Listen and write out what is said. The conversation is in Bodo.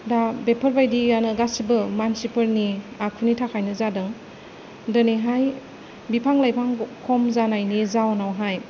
दा बेफोरबायदियानो गासैबो मानसिफोरनि आखुनि थाखायनो जादों दिनैहाय बिफां लाइफां खम जानायनि जाउनावहाय